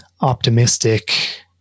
optimistic